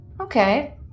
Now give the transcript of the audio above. Okay